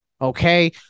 Okay